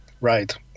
Right